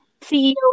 CEO